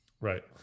Right